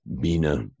Bina